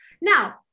now